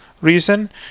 reason